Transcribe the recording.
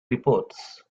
reports